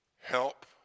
Help